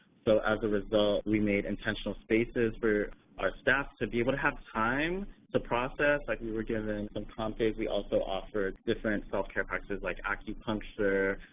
so, as a result, we made intentional spaces for our staff to be able to have time to process, like, we were given some comp days, we also offered different self-care practices like acupuncture,